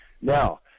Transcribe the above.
now